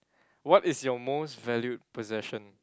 what is your most valued possession